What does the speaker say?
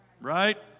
Right